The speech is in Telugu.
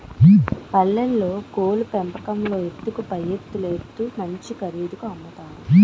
పల్లెల్లో కోళ్లు పెంపకంలో ఎత్తుకు పైఎత్తులేత్తు మంచి ఖరీదుకి అమ్ముతారు